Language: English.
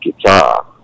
Guitar